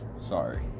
sorry